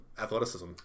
athleticism